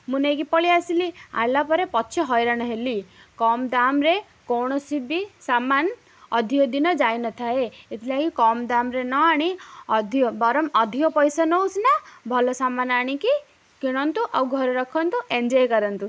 ମୁଁ ନେଇକି ପଳେଇ ଆସିଲି ଆସିଲା ପରେ ପଛେ ହଇରାଣ ହେଲି କମ୍ ଦାମ୍ରେ କୌଣସି ବି ସାମାନ୍ ଅଧିକ ଦିନ ଯାଇ ନ ଥାଏ ଏଥିଲାଗି କମ୍ ଦାମ୍ରେ ନ ଆଣି ଅଧିକ ବରଂ ଅଧିକ ପଇସା ନେଉ ସିନା ଭଲ ସାମାନ୍ ଆଣିକି କିଣନ୍ତୁ ଆଉ ଘରେ ରଖନ୍ତୁ ଏନଜଏ୍ କରନ୍ତୁ